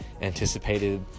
anticipated